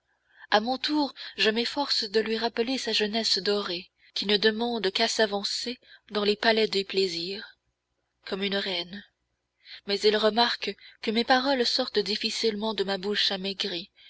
a mon tour je m'efforce de lui rappeler sa jeunesse dorée qui ne demande qu'à s'avancer dans les palais des plaisirs comme une reine mais il remarque que mes paroles sortent difficilement de ma bouche amaigrie